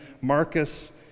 Marcus